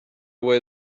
away